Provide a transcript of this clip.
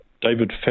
David